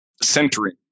centering